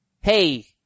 Hey